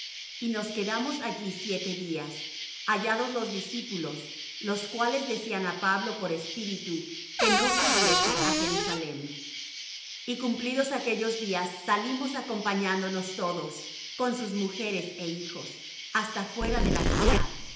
y nos quedamos allí siete días hallados los discípulos los cuales decían á pablo por espíritu que no subiese á jerusalem y cumplidos aquellos días salimos acompañándonos todos con sus mujeres é hijos hasta fuera de la ciudad